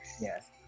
Yes